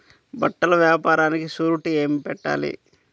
బట్టల వ్యాపారానికి షూరిటీ ఏమి పెట్టాలి?